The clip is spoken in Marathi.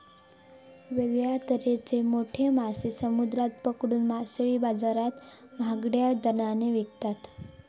वेगळ्या तरेचे मोठे मासे समुद्रात पकडून मासळी बाजारात महागड्या दराने विकतत